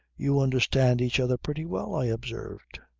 you understand each other pretty well, i observed.